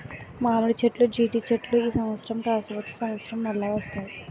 మామిడి చెట్లు జీడి చెట్లు ఈ సంవత్సరం కాసి వచ్చే సంవత్సరం మల్ల వస్తాయి